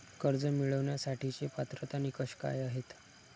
कर्ज मिळवण्यासाठीचे पात्रता निकष काय आहेत?